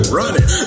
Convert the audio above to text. running